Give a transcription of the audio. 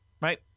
right